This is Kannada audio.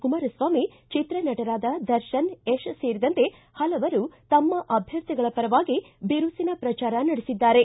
ಕುಮಾರಸ್ವಾಮಿ ಚಿತ್ರನಟರಾದ ದರ್ಶನ್ ಯತ್ ಸೇರಿದಂತೆ ಹಲವರು ತಮ್ಮ ಅಭ್ಯರ್ಥಿಗಳ ಪರವಾಗಿ ಬಿರುಸಿನ ಪ್ರಚಾರ ನಡೆಸಿದ್ದಾರೆ